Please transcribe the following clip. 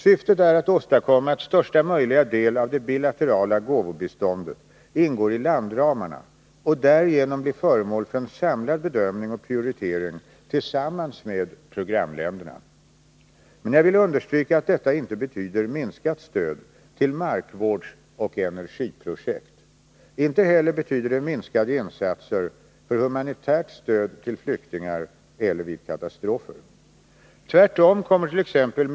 Syftet är att åstadkomma att största möjliga del åv det bilaterala gåvobiståndet ingår i landramarna och därigenom blir föremål för en samlad bedömning och prioritering tillsammans med programländerna. Men jag vill understryka att detta inte betyder minskat stöd till markvårdsoch energiprojekt. Inte heller betyder det minskade insatser för humanitärt stöd till flyktingar eller vid katastrofer. Tvärtom kommert.ex.